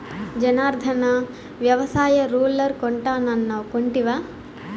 జనార్ధన, వ్యవసాయ రూలర్ కొంటానన్నావ్ కొంటివా